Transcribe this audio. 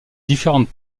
différentes